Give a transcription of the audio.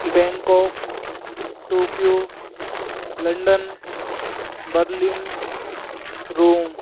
Bangkok Tokyo London Berlin Rome